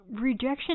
Rejection